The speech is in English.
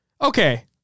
Okay